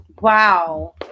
Wow